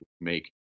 make